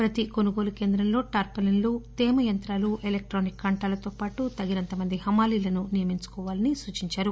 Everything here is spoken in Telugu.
ప్రతి కొనుగోలు కేంద్రంలో టార్పాలీన్లు తేమ యంత్రాలు ఎలక్టానిక్ కాంటాలతో పాటు తగినంత మంది హమాలీలను నియమించుకోవాలని సూచించారు